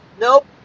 Nope